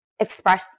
express